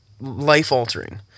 life-altering